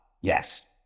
Yes